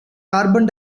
carbon